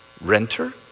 Renter